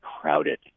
crowded